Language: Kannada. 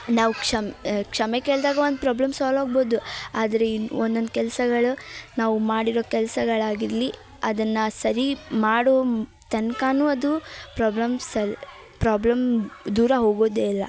ನಾವು ಕ್ಷಮೆ ಕ್ಷಮೆ ಕೇಳಿದಾಗ ಒಂದು ಪ್ರಾಬ್ಲಮ್ ಸಾಲ್ವ್ ಆಗ್ಬೋದು ಆದರೆ ಇಲ್ಲಿ ಒಂದೊಂದು ಕೆಲಸಗಳು ನಾವು ಮಾಡಿರೋ ಕೆಲ್ಸಗಳಾಗಿರಲಿ ಅದನ್ನು ಸರಿ ಮಾಡೋ ತನ್ಕಾನು ಅದು ಪ್ರಾಬ್ಲಮ್ಸಲ್ಲಿ ಪ್ರಾಬ್ಲಮ್ ದೂರ ಹೋಗೋದೇ ಇಲ್ಲ